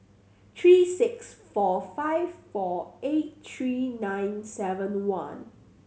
three six four five four eight three nine seven one